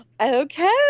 Okay